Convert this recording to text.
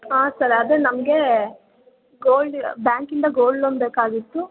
ಹಾಂ ಸರ್ ಅದೇ ನಮಗೆ ಗೋಲ್ಡ್ ಬ್ಯಾಂಕಿಂದ ಗೋಲ್ಡ್ ಲೋನ್ ಬೇಕಾಗಿತ್ತು